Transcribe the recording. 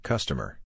Customer